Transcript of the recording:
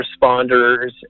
responders